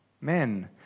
men